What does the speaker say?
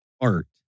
art